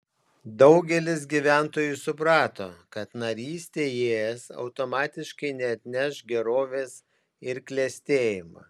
daugelis gyventojų suprato kad narystė es automatiškai neatneš gerovės ir klestėjimo